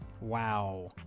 wow